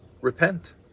repent